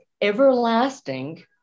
everlasting